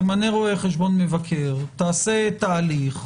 תמנה רואה חשבון מבקר, תעשה תהליך,